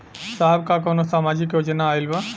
साहब का कौनो सामाजिक योजना आईल बा?